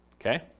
okay